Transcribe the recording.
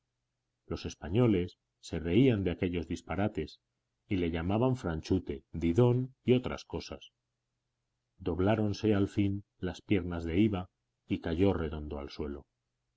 los españoles se reían de aquellos disparates y le llamaban franchute didon y otras cosas dobláronse al fin las piernas de iwa y cayó redondo al suelo